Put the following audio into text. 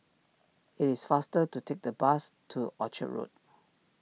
it is faster to take the bus to Orchard Road